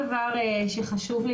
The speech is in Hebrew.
משמעותי שחשוב לי